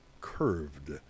curved